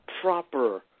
proper